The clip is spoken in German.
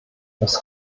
das